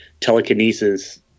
telekinesis